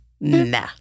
nah